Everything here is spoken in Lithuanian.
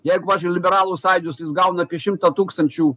jeigu pavyzdžiui liberalų sąjūdis jis gauna apie šimtą tūkstančių